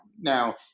Now